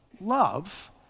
love